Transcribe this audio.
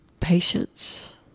Patience